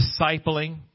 discipling